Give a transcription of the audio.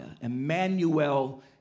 Emmanuel